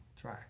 try